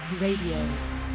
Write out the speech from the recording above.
Radio